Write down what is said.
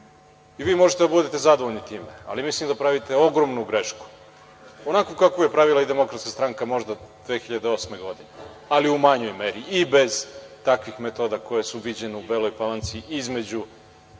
možete da bude zadovoljni time, ali mislim da pravite ogromnu grešku, onakvu kakvu je pravila i Demokratska stranka možda 2008. godine, ali u manjoj meri i bez takvih metoda koje su viđene u Beloj Palanci između